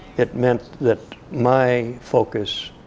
it meant that my focus